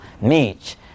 meet